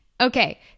Okay